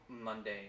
Monday